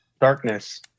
Darkness